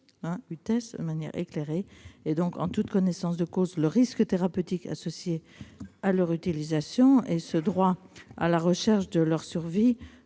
de manière éclairée, et donc en toute connaissance de cause, le risque thérapeutique associé à leur utilisation. Ce droit à la recherche de leur survie